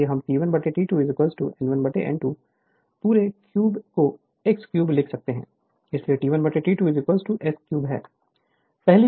इसलिए हम T1 T2 n1 n2 पूरे क्यूब को x 3 लिख सकते हैं इसलिए T1 T2 x 3 है